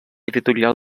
editorial